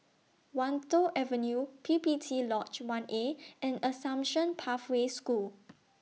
Wan Tho Avenue P P T Lodge one A and Assumption Pathway School